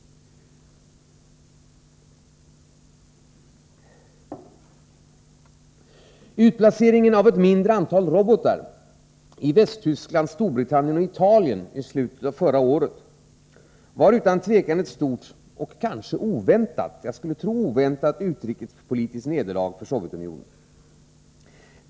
Utplaceringen av ett mindre antal robotar i Västtyskland, Storbritannien och Italien i slutet av förra året var utan tvekan ett stort — och, skulle jag tro, oväntat — utrikespolitiskt nederlag för Sovjetunionen.